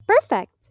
perfect